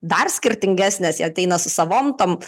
dar skirtingesnės jie ateina su savom tom